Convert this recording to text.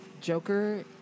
Joker